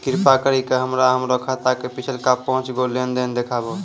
कृपा करि के हमरा हमरो खाता के पिछलका पांच गो लेन देन देखाबो